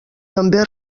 també